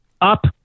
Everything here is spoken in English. up